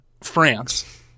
France